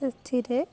ସେଥିରେ